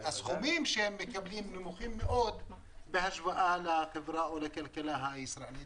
הסכומים שהם מקבלים הם נמוכים מאוד בהשוואה לחברה או לכלכלה הישראלית.